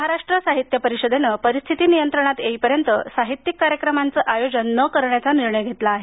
महाराष्ट्र साहित्य परीषदेने परिस्थिती नियंत्रणात येईपर्यंत साहित्यिक कार्यक्रमांचे आयोजन न करण्याचा निर्णय घेतला आहे